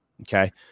Okay